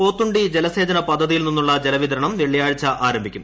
പോത്തുണ്ടി ജലസേചന പദ്ധതിയിൽ നിന്നുള്ള ജലവിതരണം വെള്ളിയാഴ്ച ആരംഭിക്കും